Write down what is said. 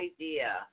idea